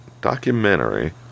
documentary